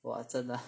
!wah! 真的 ah